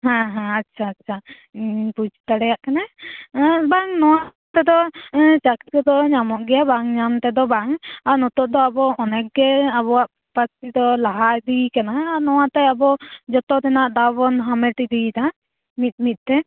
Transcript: ᱦᱮᱸ ᱦᱮᱸ ᱟᱪᱪᱷᱟ ᱟᱪᱪᱷᱟ ᱩᱸᱻᱵᱩᱡᱷ ᱫᱟᱲᱮᱭᱟᱜ ᱠᱟᱱᱟ ᱟᱸᱻᱵᱟᱝ ᱱᱚᱣᱟ ᱛᱮᱫᱚ ᱮᱸ ᱪᱟᱠᱨᱤ ᱫᱚ ᱧᱟᱢᱚᱜ ᱜᱮᱭᱟ ᱵᱟᱝ ᱧᱟᱢ ᱛᱮᱫᱚ ᱵᱟᱝ ᱱᱮᱛᱟᱨ ᱫᱚ ᱟᱵᱚ ᱟᱹᱰᱤ ᱜᱮ ᱟᱵᱚᱣᱟᱜ ᱯᱟᱹᱨᱥᱤ ᱫᱚ ᱞᱟᱦᱟ ᱤᱫᱤᱭᱟᱠᱟᱱᱟ ᱱᱚᱣᱟᱛᱮ ᱟᱵᱚ ᱡᱚᱛᱚ ᱨᱮᱱᱟᱜ ᱫᱟᱣ ᱵᱚᱱ ᱦᱟᱢᱮᱴ ᱤᱫᱤᱭᱮᱫᱟ ᱢᱤᱫ ᱢᱤᱫ ᱛᱮ ᱵᱩᱡᱷ